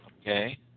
okay